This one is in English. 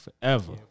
forever